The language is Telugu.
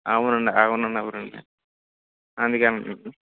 అవును అండి అవును అండి అవును అండి అందుకే అండి